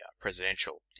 presidential